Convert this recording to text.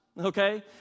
okay